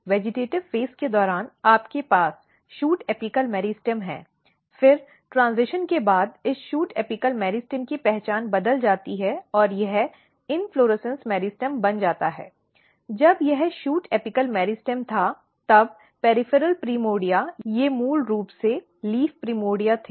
vegetative चरण के दौरान आपके पास शूट एपिकॅल मेरिस्टम है फिर ट्रैन्ज़िशैन के बाद इस शूट एपिकल मेरिस्टेम की पहचान बदल जाती है और यह इन्फ्लोरेसन्स मेरिस्टेम बन जाता है जब यह शूट एपिक मेरिस्टेम था तब परिधीय प्राइमर्डिया ये मूल रूप से लीफ प्रिमोर्डिया थे